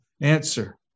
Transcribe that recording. answer